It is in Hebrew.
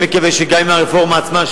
ואני מקווה שגם אם הרפורמה עצמה,